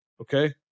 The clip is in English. Okay